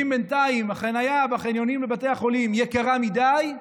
ואם בינתיים החניה בחניונים בבתי החולים יקרה מדי,